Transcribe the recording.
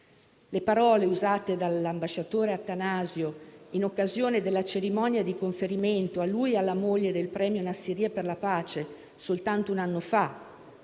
Le parole usate dall'ambasciatore Attanasio in occasione della cerimonia di conferimento, a lui e alla moglie, del premio internazionale Nassiriya per la Pace, soltanto un anno fa,